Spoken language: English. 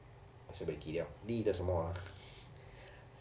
also buay ki liao 绿的什么啊